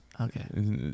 Okay